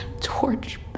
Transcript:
torch